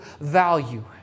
value